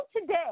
today